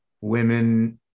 Women